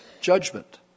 judgment